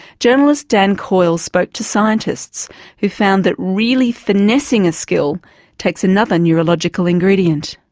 journalist dan coyle spoke to scientists who found that really finessing a skill takes another neurological ingredient.